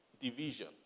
division